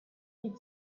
easy